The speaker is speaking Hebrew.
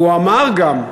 והוא אמר גם,